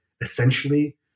essentially